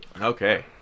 Okay